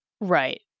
Right